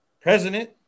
president